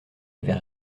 avait